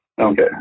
Okay